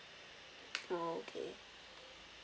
oh okay